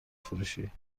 فروشی